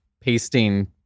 pasting